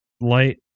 Light